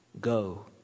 go